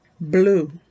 blue